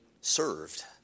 served